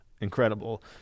incredible